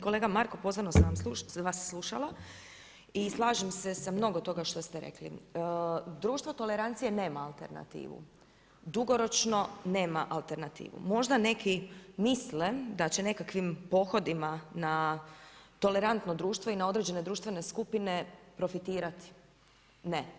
Kolega Marko pozorno sam vas slušala i slažem se s mnogo toga što ste rekli, društvo tolerancije nema alternativu, dugoročno, nema alternativu, možda neki misle da će nekakvim pohodima na tolerantno društvo i na određene društvene skupine profitirati, ne.